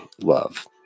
love